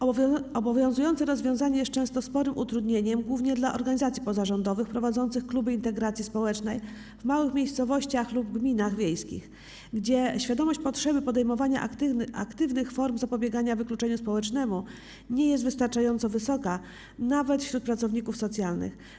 Obowiązujące rozwiązanie jest często sporym utrudnieniem głównie dla organizacji pozarządowych prowadzących kluby integracji społecznej w małych miejscowościach lub gminach wiejskich, gdzie świadomość potrzeby podejmowania aktywnych form zapobiegania wykluczeniu społecznemu nie jest wystarczająco wysoka nawet wśród pracowników socjalnych.